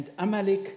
Amalek